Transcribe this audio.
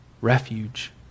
refuge